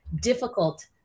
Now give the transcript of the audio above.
difficult